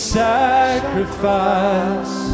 sacrifice